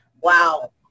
Wow